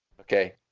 Okay